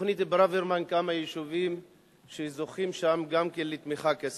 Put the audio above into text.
בתוכנית ברוורמן כמה יישובים שזוכים גם כן לתמיכה כספית.